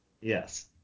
Yes